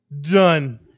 Done